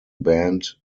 band